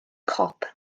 cop